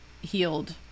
healed